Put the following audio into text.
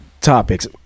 topics